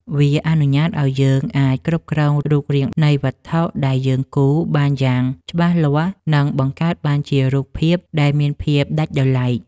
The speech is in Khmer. វាអនុញ្ញាតឱ្យយើងអាចគ្រប់គ្រងរូបរាងនៃវត្ថុដែលយើងគូរបានយ៉ាងច្បាស់លាស់ និង បង្កើតបានជារូបភាពដែលមានភាពដាច់ដោយឡែក។